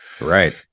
right